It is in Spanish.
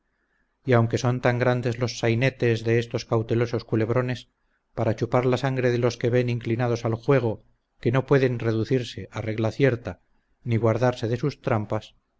y aunque son tan grandes los sainetes de estos cautelosos culebrones para chupar la sangre de los que ven inclinados al juego que no pueden reducirse a regla cierta ni guardarse de sus trampas